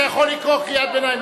אתה יכול לקרוא קריאת ביניים,